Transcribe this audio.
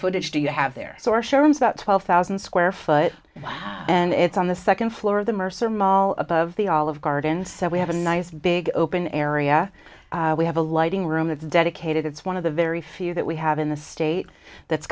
footage do you have there about twelve thousand square foot and it's on the second floor of the mercer mall above the olive garden so we have a nice big open area we have a lighting room that's dedicated it's one of the very few that we have in the state that's